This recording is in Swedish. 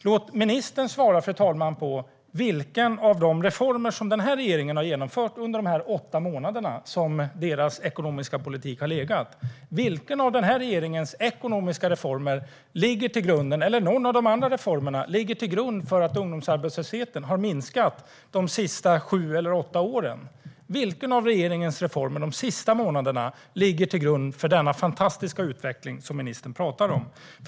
Låt ministern svara på följande fråga: Vilken av de ekonomiska reformer, eller någon annan reform, som regeringen har genomfört under de åtta månader som dess ekonomiska politik har verkat ligger till grund för att ungdomsarbetslösheten har minskat de senaste sju eller åtta åren? Vilken av regeringens reformer de senaste månaderna ligger till grund för den fantastiska utveckling som ministern talar om?